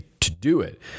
to-do-it